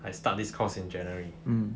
I start this course in january